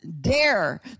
dare